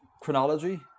chronology